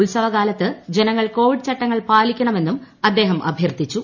ഉത്സവകാലത്ത് ജനങ്ങൾ കോവിഡ് ചട്ടങ്ങൾ പാലിക്കണമെന്നും അദ്ദേഹം അഭ്യർത്ഥിച്ചു